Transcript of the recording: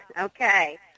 Okay